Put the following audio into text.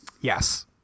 Yes